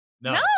no